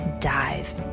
dive